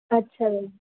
ਅੱਛਾ